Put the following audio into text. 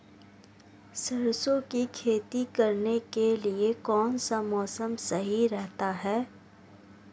सरसों की खेती करने के लिए कौनसा मौसम सही रहता है?